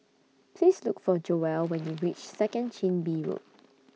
Please Look For Joell when YOU REACH Second Chin Bee Road